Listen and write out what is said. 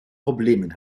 problemen